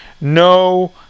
No